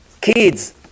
Kids